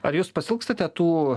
ar jūs pasiilgstate tų